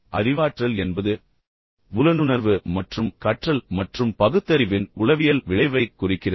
அறிவாற்றல் என்பது புலனுணர்வு மற்றும் கற்றல் மற்றும் பகுத்தறிவின் உளவியல் விளைவைக் குறிக்கிறது